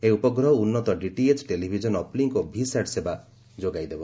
ଏହି ଉପଗ୍ରହ ଉନ୍ନତ ଡିଟିଏଚ୍ ଟେଲିଭିଜନ୍ ଅପ୍ଲିଙ୍କ୍ ଓ ଭିସ୍ୟାଟ୍ ସେବା ଯୋଗାଇଦେବ